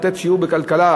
לתת שיעור בכלכלה,